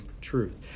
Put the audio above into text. truth